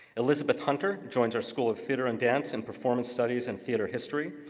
elizabeth hunter joins our school of theater and dance in performance studies and theater history,